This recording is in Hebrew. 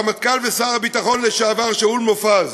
הרמטכ"ל ושר הביטחון לשעבר שאול מופז